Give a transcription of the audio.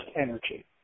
energy